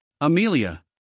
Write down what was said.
Amelia